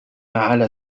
على